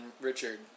Richard